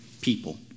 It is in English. people